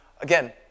Again